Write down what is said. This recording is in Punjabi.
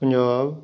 ਪੰਜਾਬ